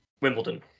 Wimbledon